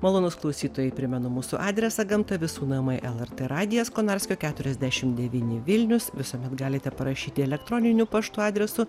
malonūs klausytojai primenu mūsų adresą gamta visų namai lrt radijas konarskio keturiasdešim devyni vilnius visuomet galite parašyti elektroniniu paštu adresu